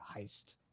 heist